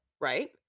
right